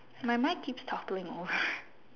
my mic keeps toppling over